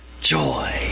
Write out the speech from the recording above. joy